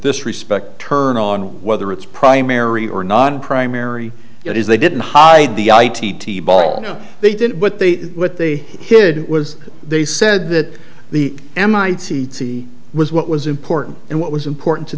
this respect turn on whether it's primary or non primary it is they didn't hide the i t t ball they did what the what the hid was they said that the mit c was what was important and what was important to